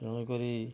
ତେଣୁ କରି